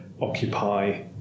occupy